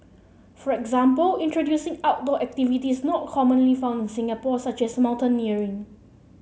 for example introducing outdoor activities not commonly found in Singapore such as mountaineering